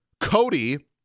Cody